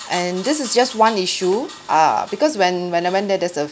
and this is just one issue ah because when when I went there there's a